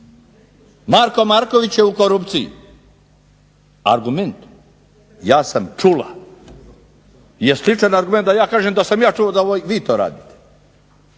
Marko Marković je u korupciji. Argument ja sam čula je sličan argument da ja kažem da sam ja čuo da vi to radite.